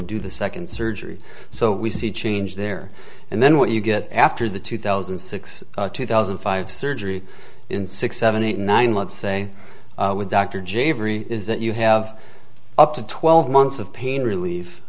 to do the second surgery so we see change there and then what you get after the two thousand and six two thousand and five surgery in six seven eight nine months say with dr j very is that you have up to twelve months of pain relief